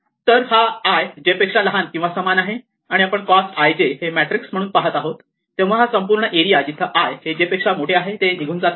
तर i हा j पेक्षा लहान किंवा समान आहे आणि आपण कॉस्ट ij हे मॅट्रिक्स म्हणून पहात आहोत तेव्हा हा संपूर्ण एरिया जिथे i हे j पेक्षा मोठे आहे ते निघून जाते